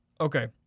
Okay